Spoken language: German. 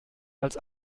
als